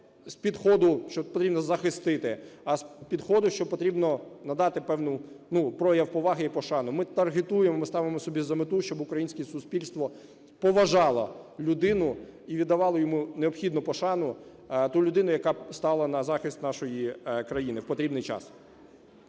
з підходу, що потрібно захистити, а з підходу, що потрібно надати певну, ну, прояв поваги і пошани. Ми таргетуємо, ми ставимо собі за мету, щоб українське суспільство поважало людину і віддавало йому необхідну пошану, ту людину, яка стала на захист нашої країни в потрібний час.